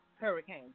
hurricane